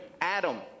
adam